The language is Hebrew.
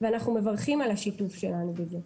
ואנחנו מברכים על השיתוף שלנו בזה.